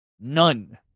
None